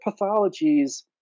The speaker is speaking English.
pathologies